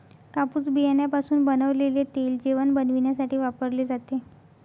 कापूस बियाण्यापासून बनवलेले तेल जेवण बनविण्यासाठी वापरले जाते